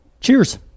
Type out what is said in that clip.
Cheers